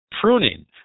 pruning